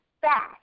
fast